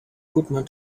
goodman